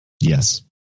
Yes